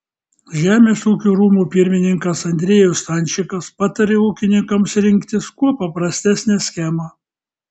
žemės ūkio rūmų pirmininkas andriejus stančikas patarė ūkininkams rinktis kuo paprastesnę schemą